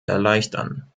erleichtern